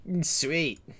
Sweet